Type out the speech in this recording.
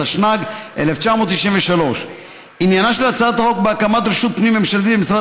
התשנ"ג 1993. עניינה של הצעת החוק בהקמת רשות פנים-ממשלתית במשרד